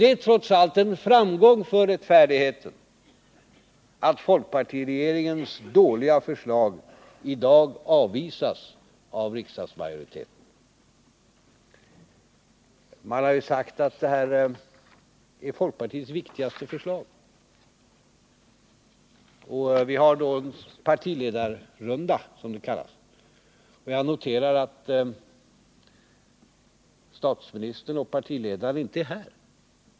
Det är trots allt en framgång för rättfärdigheten att folkpartiregeringens dåliga förslag i dag avvisas av riksdagsmajoriteten. Man har sagt att detta är folkpartiets viktigaste förslag. Och vi har nu en partiledarrunda, som det kallas. Jag noterar att statsministern och partiledaren inte är här.